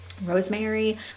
Rosemary